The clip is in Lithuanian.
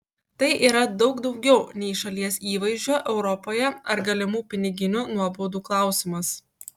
tai yra daug daugiau nei šalies įvaizdžio europoje ar galimų piniginių nuobaudų klausimas